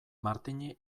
martini